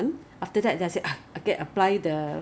it then it it works lah you know it then